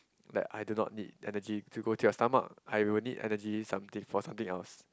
that I do not need energy to go to your stomach I will need energy something for something else